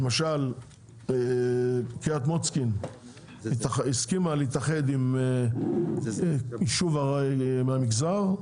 למשל קרית מוצקין הסכימה להתאחד עם יישוב מהמגזר,